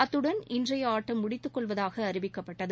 அத்துடன் இன்றைய ஆட்டம் முடித்துக் கொள்வதாக அறிவிக்கப்பட்டது